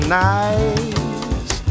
nice